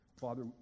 Father